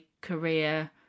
career